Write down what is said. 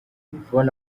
yvonne